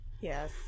Yes